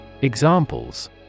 Examples